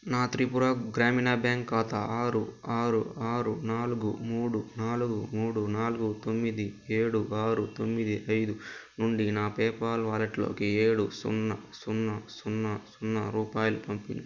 నా త్రిపుర గ్రామీణ బ్యాంక్ ఖాతా ఆరు ఆరు ఆరు నాలుగు మూడు నాలుగు మూడు నాలుగు తొమ్మిది ఏడు ఆరు తొమ్మిది ఐదు నుండి నా పేపాల్ వాలెట్లోకి ఏడు సున్నా సున్నా సున్నా సున్నా రూపాయలు పంపి